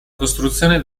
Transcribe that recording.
costruzione